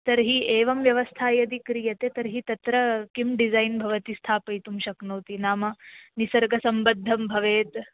तर्हि एवं व्यवस्था यदि क्रियते तर्हि तत्र किं डिसैन् भवति स्थापयितुं शक्नोति नाम निसर्गसम्बद्धं भवेत्